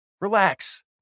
Relax